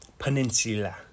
Peninsula